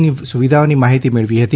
ની સુવિધાની માહિતી મેળવી હતી